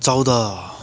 चौध